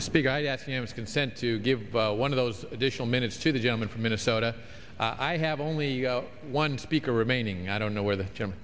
to speak i consent to give one of those additional minutes to the gentleman from minnesota i have only one speaker remaining i don't know where the